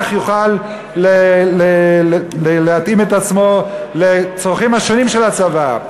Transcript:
יוכל להתאים את עצמו לצרכים השונים של הצבא.